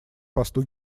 посту